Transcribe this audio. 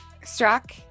struck